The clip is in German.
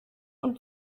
und